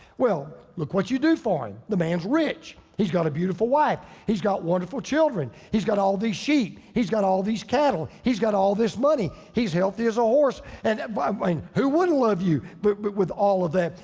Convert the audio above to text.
well, look what you do for him. the man's rich, he's got a beautiful wife. he's got wonderful children. he's got all these sheep. he's got all these cattle, he's got all this money. he's healthy as a horse and um i mean who wouldn't love you but but with all of that?